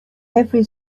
every